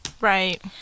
Right